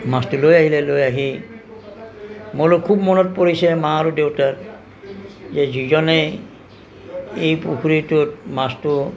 মাছটো লৈ আহিলে লৈ আহি মোলৈ খুব মনত পৰিছে মা আৰু দেউতাৰ যে যিজনে এই পুখুৰীটোত মাছটো